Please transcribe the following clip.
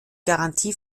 garantie